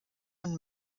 und